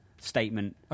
statement